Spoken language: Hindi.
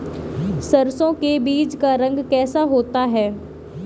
सरसों के बीज का रंग कैसा होता है?